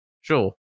Sure